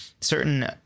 certain